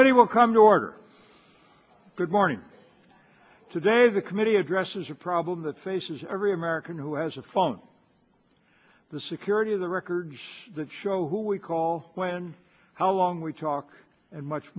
committee will come to order good morning today the committee addresses a problem that faces every american who has a phone the security of the records that show who we call when how long we talk and much